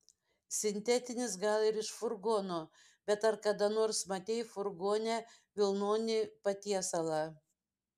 sintetinis gal ir iš furgono bet ar kada nors matei furgone vilnonį patiesalą